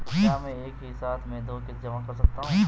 क्या मैं एक ही साथ में दो किश्त जमा कर सकता हूँ?